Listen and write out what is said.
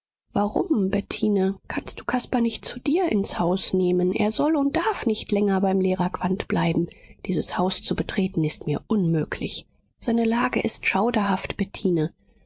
warum bettine kannst du caspar nicht zu dir ins haus nehmen er soll und darf nicht länger beim lehrer quandt bleiben dieses haus zu betreten ist mir unmöglich seine lage ist schauderhaft bettine